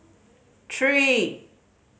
three